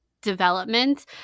development